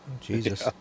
Jesus